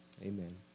amen